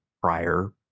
prior